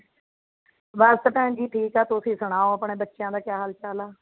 ਬਸ ਭੈਣ ਜੀ ਠੀਕ ਹੈ ਤੁਸੀਂ ਸੁਣਾਓ ਆਪਣੇ ਬੱਚਿਆਂ ਦਾ ਕਿਆ ਹਾਲ ਚਾਲ ਆ